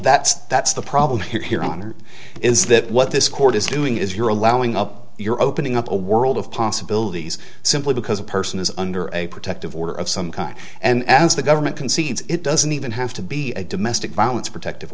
that's that's the problem here here on earth is that what this court is doing is you're allowing up you're opening up a world of possibilities simply because a person is under a protective order of some kind and as the government concedes it doesn't even have to be a domestic violence protective